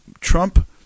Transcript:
Trump